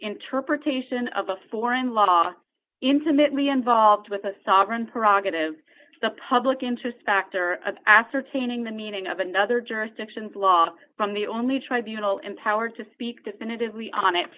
interpretation of a foreign law intimately involved with a sovereign prerogative the public interest factor of ascertaining the meaning of another jurisdiction's law from the only tribunals empowered to speak definitively on it